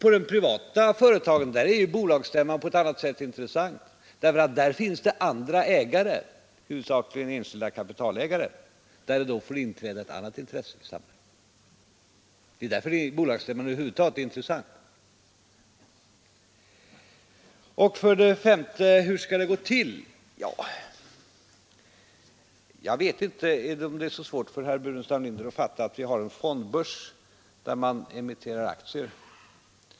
I de privata företagen är bolagsstämman intressant på ett annat sätt, därför att där finns det andra ägare, huvudsakligen enskilda kapitalägare, och där får det då inträda ett annat intresse för samhället. Det är därför bolagsstämman över huvud taget är intressant. För det femte: Hur skall det gå till? frågade herr Burenstam Linder. Men är det så svårt att fatta att vi har en fondbörs, där man emitterar aktier.